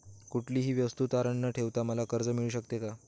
कुठलीही वस्तू तारण न ठेवता मला कर्ज मिळू शकते का?